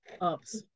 ups